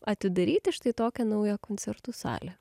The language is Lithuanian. atidaryti štai tokią naują koncertų salę